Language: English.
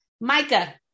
Micah